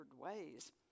ways